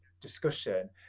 discussion